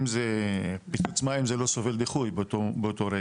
אם זה פיצוץ מים זה לא סובל דיחוי באותו רגע.